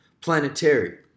planetary